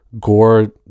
Gore